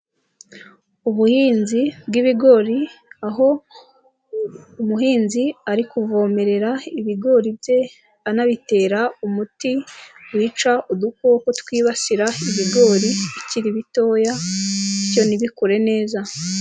Ubuhinzi bw'ibigori, aho umuhinzi ari kuvomerera ibigori bye anabitera umuti wica udukoko twibasira ibigori bikiri bitoya, bibyo ntibikure neza.